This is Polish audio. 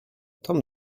tom